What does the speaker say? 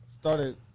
started